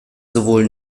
sowohl